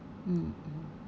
mm mm